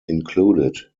included